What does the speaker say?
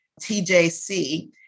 TJC